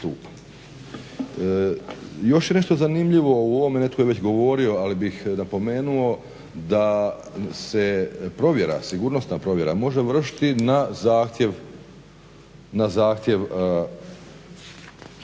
Još je nešto zanimljivo u ovome. Netko je već govorio, ali bih napomenuo da se provjera, sigurnosna provjera može vršiti na zahtjev